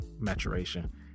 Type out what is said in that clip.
maturation